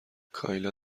کایلا